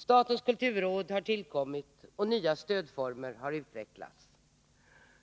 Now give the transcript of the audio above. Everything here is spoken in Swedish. Statens kulturråd har tillkommit, och nya stödformer har utvecklats.